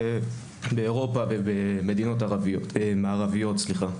ובאירופה ובמדינות מערביות.